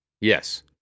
Yes